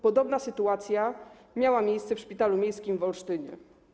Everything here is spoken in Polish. Podobna sytuacja miała miejsce w szpitalu miejskim w Olsztynie.